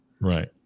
Right